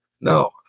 No